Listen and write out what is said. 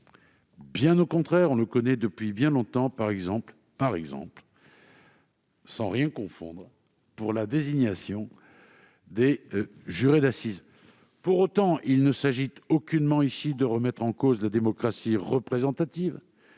bien au contraire. On le connaît depuis bien longtemps, par exemple- sans rien confondre, madame la rapporteure !-, pour la désignation des jurés d'assises. Pour autant, il ne s'agit aucunement ici de remettre en cause la démocratie représentative,